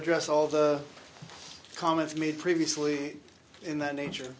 address all the comments made previously in that nature